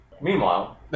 Meanwhile